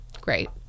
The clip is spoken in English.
great